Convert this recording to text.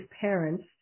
parents